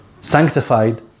sanctified